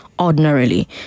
Ordinarily